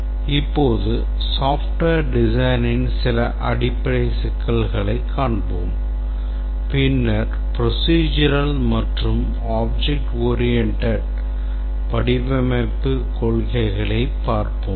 இப்போது software designஇன் சில அடிப்படை சிக்கல்களைக் காண்போம் பின்னர் procedural மற்றும் object oriented வடிவமைப்புக் கொள்கைகளைப் பார்ப்போம்